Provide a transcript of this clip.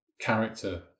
character